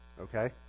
Okay